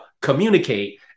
Communicate